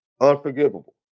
unforgivable